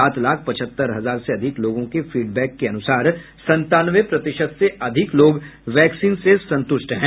सात लाख पचहत्तर हजार से अधिक लोगों के फीडबैक के अनुसार सतानवे प्रतिशत से अधिक लोग वैक्सीन से संतृष्ट हैं